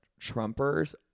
Trumpers